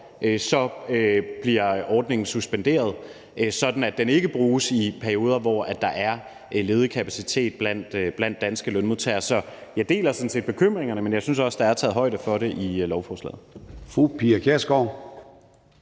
bliver ordningen suspenderet, sådan at den ikke bruges i perioder, hvor der er ledig kapacitet blandt danske lønmodtagere. Så jeg deler sådan set bekymringerne, men jeg synes også, at der er taget højde for det i lovforslaget.